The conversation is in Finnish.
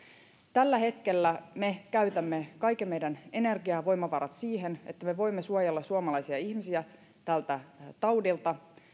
tällä hetkellä me käytämme kaiken meidän energian ja voimavarat siihen että me me voimme suojella suomalaisia ihmisiä tältä taudilta